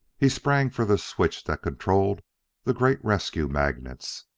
he sprang for the switch that controlled the great rescue magnets.